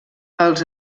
els